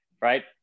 right